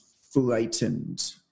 frightened